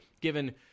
given